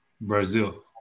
Brazil